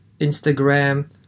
Instagram